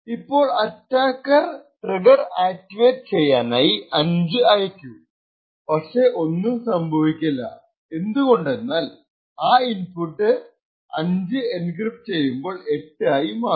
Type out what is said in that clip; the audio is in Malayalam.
ഇപ്പോൾ അറ്റാക്കർ ട്രിഗർ ആക്ടിവേറ്റ് ചെയ്യാനായി 5 അയക്കുംപക്ഷേ ഒന്നും സംഭവിക്കില്ല എന്തു കൊണ്ടെന്നാൽ ഈ ഇൻപുട്ട് 5 എൻക്രിപ്ട് ചെയ്യുമ്പോൾ 8 ആയി മാറും